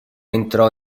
entrò